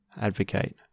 advocate